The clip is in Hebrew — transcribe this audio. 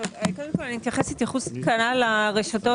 קודם כל, אני אתייחס התייחסות קלה לרשתות